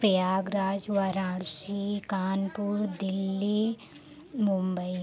Prayagraj Varanasi Kanpur Delhi Mumbai